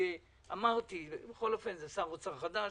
אמרתי זה שר אוצר חדש,